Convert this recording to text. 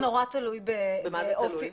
זה נורא תלוי ב --- במה זה תלוי?